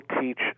teach